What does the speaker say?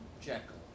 Jekyll